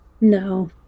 No